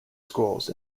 schools